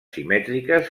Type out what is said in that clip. simètriques